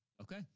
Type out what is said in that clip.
okay